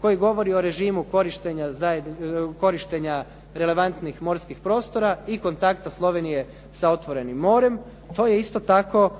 koji govori o režimu korištenja relevantnih morskih prostora i kontakta Slovenije sa otvorenim morem. To je isto tako